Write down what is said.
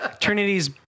Trinity's